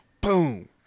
boom